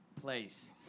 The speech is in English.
place